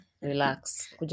relax